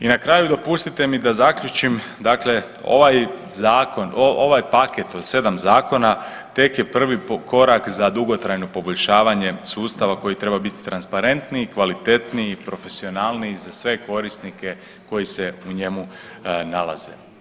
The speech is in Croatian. I na kraju dopustite mi da zaključim, dakle ovaj zakon, ovaj paket od 7 zakona tek je prvi korak za dugotrajno poboljšavanje sustava koji treba biti transparentniji, kvalitetniji, profesionalniji za sve korisnike koji se u njemu nalaze.